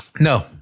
No